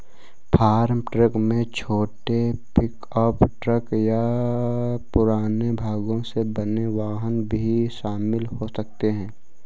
farm truck में छोटे pickup truck या पुराने भागों से बने वाहन भी शामिल हो सकते हैं